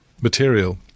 material